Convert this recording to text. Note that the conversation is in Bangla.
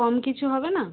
কম কিছু হবে না